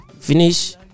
finish